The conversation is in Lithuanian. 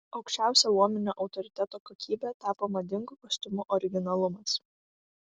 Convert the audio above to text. aukščiausia luominio autoriteto kokybe tapo madingų kostiumų originalumas